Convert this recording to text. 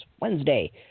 Wednesday